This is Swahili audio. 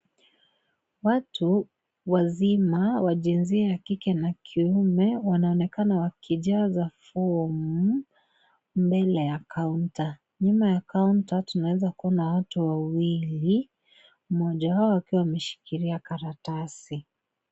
Watu wazima wa jinsia ya kike na kiume wanaonekana wakijaza fomu mbele ya kaunta, nyuma ya kaunta tunaweza kuona watu wawili mmoja wao akiwa ameshikilia karatasi.